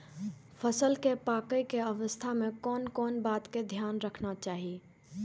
फसल के पाकैय के अवस्था में कोन कोन बात के ध्यान रखना चाही?